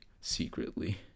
secretly